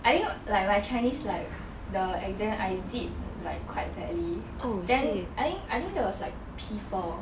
I think like my chinese like the exam I did like quite badly then I think I think that was like P four